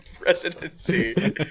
presidency